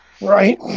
Right